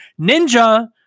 Ninja